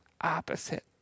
opposite